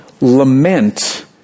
Lament